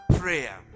prayer